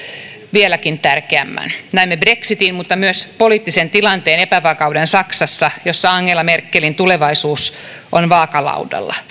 vieläkin tärkeämmän näemme brexitin mutta myös poliittisen tilanteen epävakauden saksassa jossa angela merkelin tulevaisuus on vaakalaudalla